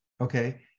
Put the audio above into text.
okay